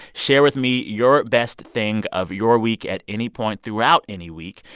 share with me your best thing of your week at any point throughout any week.